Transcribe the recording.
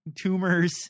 tumors